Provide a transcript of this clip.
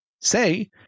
Say